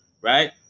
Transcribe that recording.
right